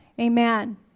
amen